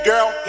Girl